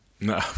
no